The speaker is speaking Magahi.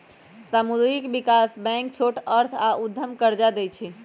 सामुदायिक विकास बैंक छोट अर्थ आऽ उद्यम कर्जा दइ छइ